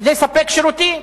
לספק שירותים.